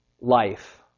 life